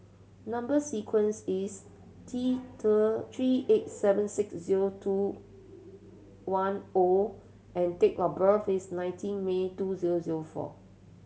number sequence is T three eight seven six zero two one O and date of birth is nineteen May two zero zero four